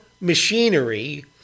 machinery